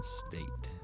state